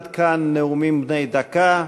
עד כאן נאומים בני דקה.